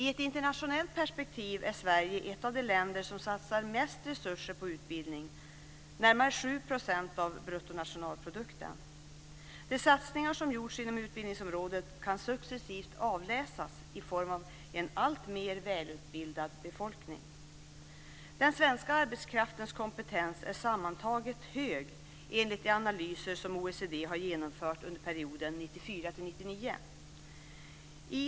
I ett internationellt perspektiv är Sverige ett av de länder som satsar mest resurser på utbildning, närmare 7 % av bruttonationalprodukten. De satsningar som gjorts inom utbildningsområdet kan successivt avläsas i form av en alltmer välutbildad befolkning. Den svenska arbetskraftens kompetens är sammantaget hög enligt de analyser som OECD har genomfört under perioden 1994-1999.